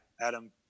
adam